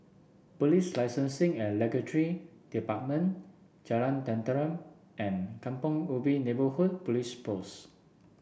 Police Licensing and Department Jalan Tenteram and Kampong Ubi Neighbourhood Police Post